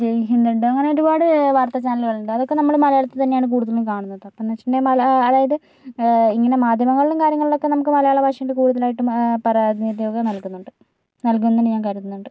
ജയ്ഹിന്ദ് ഉണ്ട് അങ്ങനെ ഒരുപാട് വാർത്താചാനലുകളുണ്ട് അതൊക്കെ നമ്മള് മലയാളത്തിൽ തന്നെയാണ് കൂടുതലും കാണുന്നത് അപ്പോൾ എന്ന് വച്ചിട്ടുണ്ടെങ്കിൽ മലയാ അതായത് ഇങ്ങനെ മാധ്യമങ്ങളിലും കാര്യങ്ങളിലൊക്കെ നമുക്ക് മലയാള ഭാഷ ഉണ്ട് കൂടുതലായിട്ടും പ്രാതിനിധ്യം ഒക്കെ നൽകുന്നുണ്ട് നല്കുന്നുണ്ട് എന്ന് ഞാൻ കരുതുന്നുണ്ട്